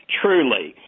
truly